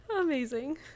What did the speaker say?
Amazing